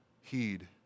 Heed